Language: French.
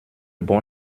bon